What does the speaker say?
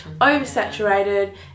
oversaturated